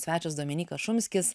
svečias dominykas šumskis